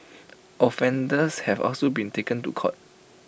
offenders have also been taken to court